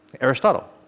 Aristotle